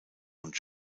und